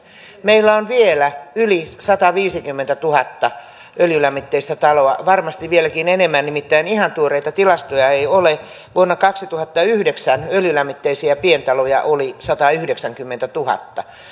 meillä on vielä yli sataviisikymmentätuhatta öljylämmitteistä taloa varmasti vieläkin enemmän nimittäin ihan tuoreita tilastoja ei ole vuonna kaksituhattayhdeksän öljylämmitteisiä pientaloja oli satayhdeksänkymmentätuhatta